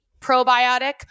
probiotic